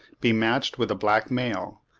be matched with a black male,